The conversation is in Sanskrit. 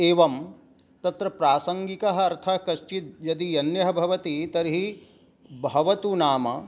एवं तत्र प्रासङ्गिकः अर्थः कश्चित् यदि अन्यः भवति तर्हि भवतु नाम